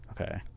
Okay